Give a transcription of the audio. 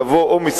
יבואו ויגידו,